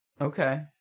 Okay